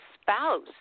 spouse